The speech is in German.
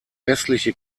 westliche